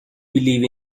believe